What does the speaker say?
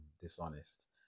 dishonest